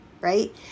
right